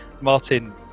Martin